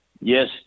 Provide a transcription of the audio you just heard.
yes